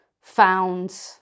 found